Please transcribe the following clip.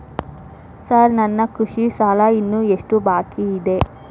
Sir ನನ್ನ ಕೃಷಿ ಸಾಲ ಇನ್ನು ಎಷ್ಟು ಬಾಕಿಯಿದೆ?